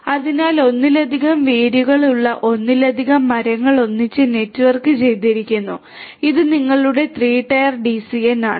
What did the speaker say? അതിനാൽ ഒന്നിലധികം വേരുകളുള്ള ഒന്നിലധികം മരങ്ങൾ ഒന്നിച്ച് നെറ്റ്വർക്ക് ചെയ്തിരിക്കുന്നു ഇത് നിങ്ങളുടെ 3 ടയർ ഡിസിഎൻ ആണ്